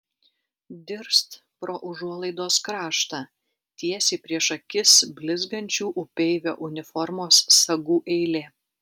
dirst pro užuolaidos kraštą tiesiai prieš akis blizgančių upeivio uniformos sagų eilė